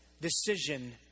decision